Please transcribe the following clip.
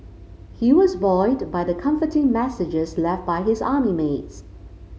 he was buoyed by the comforting messages left by his army mates